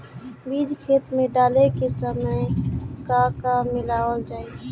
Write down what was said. बीज खेत मे डाले के सामय का का मिलावल जाई?